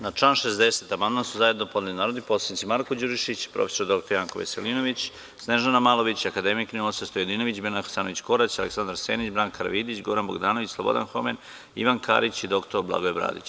Na član 60. amandman su zajedno podneli narodni poslanici Marko Đurišić, prof. dr Janko Veselinović, Snežana Malović, akademik Ninoslav Stojadinović, Biljana Hasanović Korać, Aleksandar Senić, Branka Karavidić, Goran Bogdanović, Slobodan Homen, Ivan Karić i dr Blagoje Bradić.